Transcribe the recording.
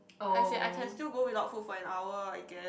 as in I can still go without food for an hour I guess